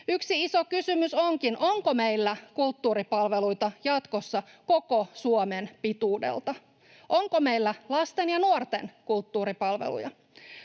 Yksi iso kysymys onkin, onko meillä kulttuuripalveluita jatkossa koko Suomen pituudelta, onko meillä lasten ja nuorten kulttuuripalveluja.